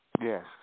Yes